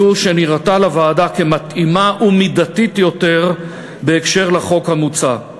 זו נראתה לוועדה מתאימה ומידתית יותר בהקשר לחוק המוצע.